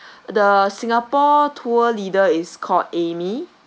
the singapore tour leader is called amy